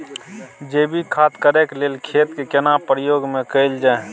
जैविक खेती करेक लैल खेत के केना प्रयोग में कैल जाय?